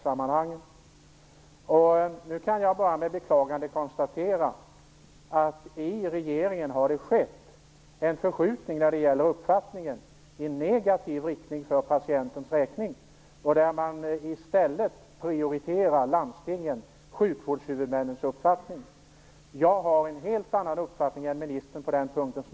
Jag kan bara med beklagande konstatera att det i regeringen har skett en förskjutning när det gäller uppfattningen i negativ riktning för patientens räkning. I stället prioriterar man landstingens sjukvårdshuvudmäns uppfattning. Som jag sade tidigare har jag en helt annan uppfattning än ministern på den punkten.